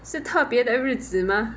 是特别的日子吗